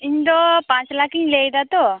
ᱤᱧ ᱫᱚ ᱯᱟᱸᱪ ᱞᱟᱠᱷ ᱤᱧ ᱞᱟᱹᱭ ᱫᱟ ᱛᱚ